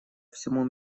всему